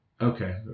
Okay